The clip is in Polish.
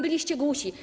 Byliście głusi.